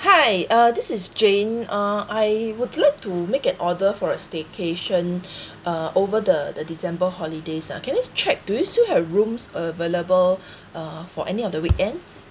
hi uh this is jane uh I would like to make an order for a staycation uh over the the december holidays ah can I check do you still have rooms available uh for any of the weekends